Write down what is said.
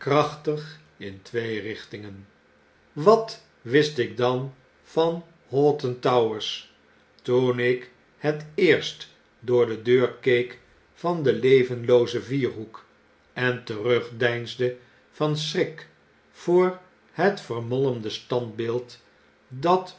in twee richtingen wat wist ik dan van hoghton towers toen ik het eerst door de deur keek van den levenloozen vierhoek en terugdeinsde van schrik voor het vermolmde standbeeld dat